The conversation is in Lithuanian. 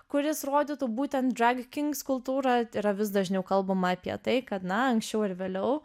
kuris rodytų būtent drag kings kultūrą yra vis dažniau kalbama apie tai kad na anksčiau ar vėliau